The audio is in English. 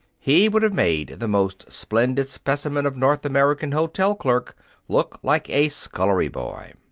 he would have made the most splendid specimen of north american hotel clerk look like a scullery boy.